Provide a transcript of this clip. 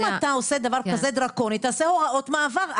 אם אתה עושה דבר דרקוני, תעשה הוראות מעבר.